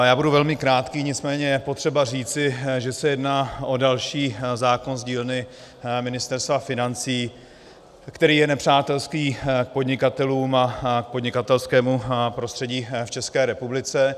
Já budu velmi krátký, nicméně je potřeba říci, že se jedná o další zákon z dílny Ministerstva financí, který je nepřátelský k podnikatelům a k podnikatelskému prostředí v České republice.